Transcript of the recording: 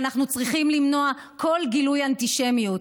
ואנחנו צריכים למנוע כל גילוי אנטישמיות.